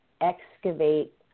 excavate